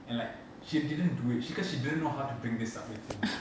and like she didn't do it she cause she didn't know how to bring this up with him